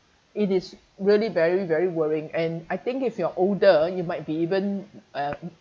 it is really very very worrying and I think if you're older you might be even uh